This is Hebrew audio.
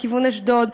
לכיוון אשדוד.